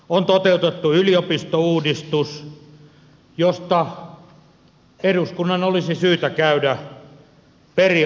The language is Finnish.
on toteutettu yliopistouudistus josta eduskunnan olisi syytä käydä periaatekeskustelu